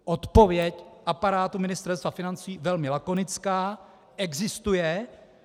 Odpověď aparátu Ministerstva financí velmi lakonická: Existuje.